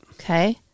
okay